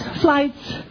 flights